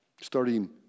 starting